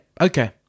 Okay